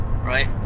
right